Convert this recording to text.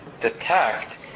detect